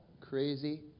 crazy